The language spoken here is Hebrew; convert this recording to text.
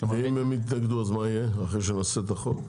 ואם הם יתנגדו אז מה יהיה אחרי שנעשה את החוק?